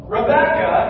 Rebecca